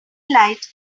light